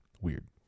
Weird